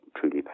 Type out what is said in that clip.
truly